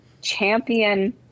champion